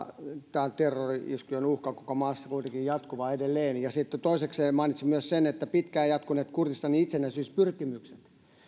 terrori iskujen uhka on koko maassa kuitenkin jatkuva edelleen sitten toisekseen mainitsin myös sen että pitkään jatkuneet kurdistanin itsenäisyyspyrkimykset